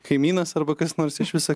kaimynas arba kas nors iš viso